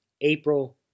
April